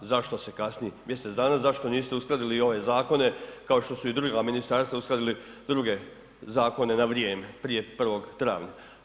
Zašto se kasni mjesec dana, zašto niste uskladili i ove zakone, kao što su i druga ministarstva uskladili druge zakone na vrijeme, prije 1. travnja?